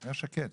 היה שקט.